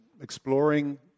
exploring